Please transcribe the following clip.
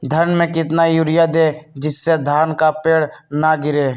धान में कितना यूरिया दे जिससे धान का पेड़ ना गिरे?